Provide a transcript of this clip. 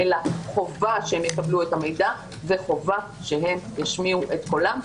אלא חובה שהם יקבלו את המידע וחובה שהם ישמיעו את קולם.